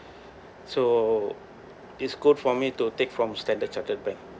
so it's good for me to take from Standard Chartered bank